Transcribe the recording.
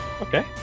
Okay